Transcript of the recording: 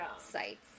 sites